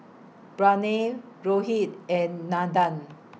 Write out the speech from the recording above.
Pranav Rohit and Nandan